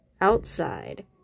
outside